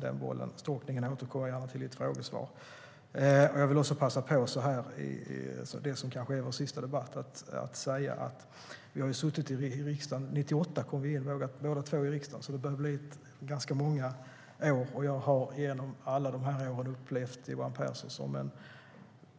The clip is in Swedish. Jag återkommer till stalkningen i ett frågesvar. Jag vill också passa på att säga några ord i vår sista debatt. Vi kom båda två in i riksdagen 1998. Det har blivit många år, och jag har genom alla dessa år upplevt Johan Pehrson som